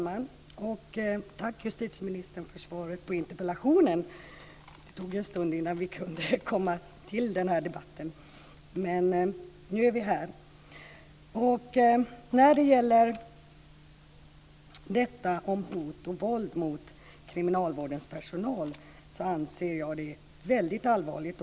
Fru talman! Tack, justitieministern, för svaret på interpellationen. Det tog ju ett tag innan vi kunde få denna debatt, men nu är vi här. Jag anser att hoten och våldet mot kriminalvårdens personal är något väldigt allvarligt.